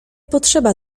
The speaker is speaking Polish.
potrzeba